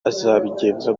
azabigenza